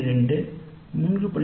2 3